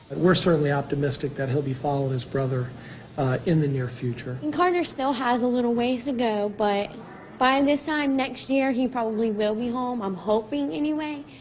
we're certainly optimistic that he'll be following his brother in the near future. carter still has a little ways to go, but by and this time next year, he probably will be home, i'm hoping anyway.